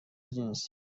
جنسی